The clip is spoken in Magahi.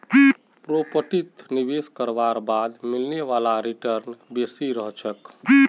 प्रॉपर्टीत निवेश करवार बाद मिलने वाला रीटर्न बेसी रह छेक